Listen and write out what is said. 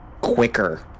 quicker